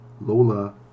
Lola